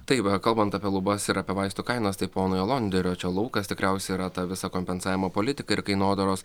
tai va kalbant apie lubas ir apie vaistų kainas tai ponui alonderio čia laukas tikriausiai yra ta visa kompensavimo politika ir kainodaros